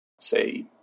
say